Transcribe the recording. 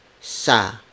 sa